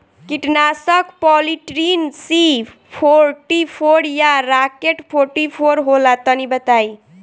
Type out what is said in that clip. कीटनाशक Polytrin C forty four या Rocket forty four होला तनि बताई?